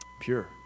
pure